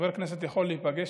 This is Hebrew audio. חבר כנסת יכול להיפגש,